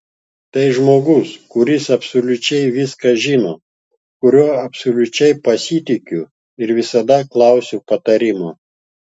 tai žmogus kuris absoliučiai viską žino kuriuo absoliučiai pasitikiu ir visada klausiu patarimo